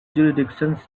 jurisdictions